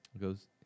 goes